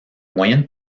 moyennes